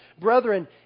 Brethren